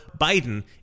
Biden